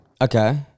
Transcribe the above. Okay